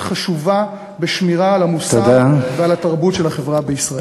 חשובה בשמירה על המוסר ועל התרבות של החברה בישראל.